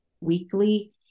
weekly